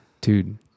dude